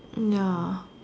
ya